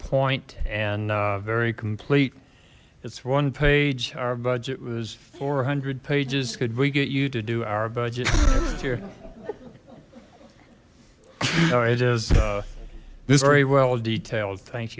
point and very complete it's one page our budget was four hundred pages could we get you to do our budget no it is this very well detailed thank